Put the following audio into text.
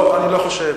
לא, אני לא חושב.